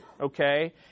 Okay